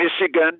michigan